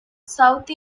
south